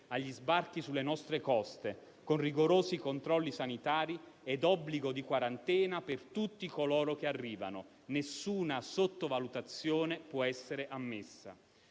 agli sbarchi sulle nostre coste, con rigorosi controlli sanitari e obbligo di quarantena per tutti coloro che arrivano. Nessuna sottovalutazione può essere ammessa.